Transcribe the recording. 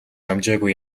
амжаагүй